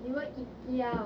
!wah!